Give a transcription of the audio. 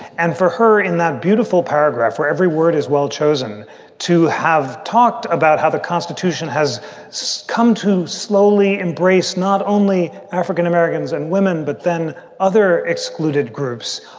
and for her, in that beautiful paragraph where every word is well-chosen to have talked about how the constitution has so come to slowly embrace not only african-americans and women, but then other excluded groups,